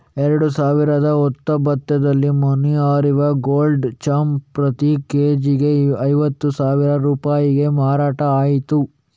ಎರಡು ಸಾವಿರದ ಹತ್ತೊಂಭತ್ತರಲ್ಲಿ ಮನೋಹರಿ ಗೋಲ್ಡ್ ಚಾವು ಪ್ರತಿ ಕೆ.ಜಿಗೆ ಐವತ್ತು ಸಾವಿರ ರೂಪಾಯಿಗೆ ಮಾರಾಟ ಆಯ್ತು